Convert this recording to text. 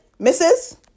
Mrs